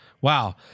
Wow